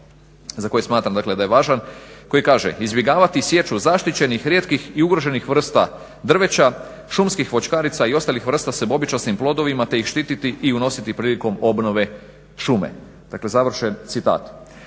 za koje smatram da je važan koji kaže: "izbjegavati sječu zaštićenih rijetkih i ugroženih vrsta drveća, šumskih voćkarica i ostalih vrsta sa bobičastim plodovima te ih štititi i unositi prilikom obnove šume.". Pa nažalost